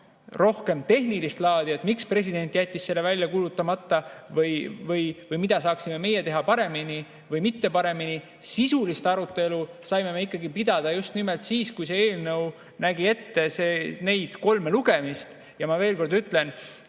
rohkem tehnilist laadi, et miks president jättis selle välja kuulutamata või mida saaksime meie teha paremini või mitte paremini. Sisulist arutelu saime me ikkagi pidada just nimelt siis, kui see eelnõu nägi ette neid kolme lugemist. Ja ma veel kord ütlen